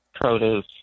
produce